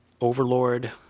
overlord